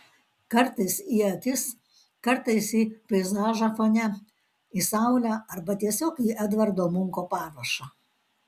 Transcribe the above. kartais į akis kartais į peizažą fone į saulę arba tiesiog į edvardo munko parašą